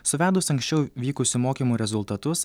suvedus anksčiau vykusių mokymų rezultatus